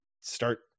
start